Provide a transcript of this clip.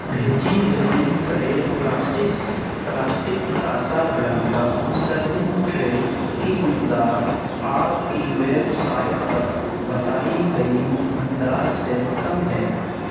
بھیجی گئی Flair plastics plastic Casa Blanca serving tray کی مقدار آپ کی ویب سائٹ پر بتائی گئی مقدار سے کم ہے